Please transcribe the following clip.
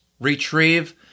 retrieve